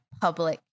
public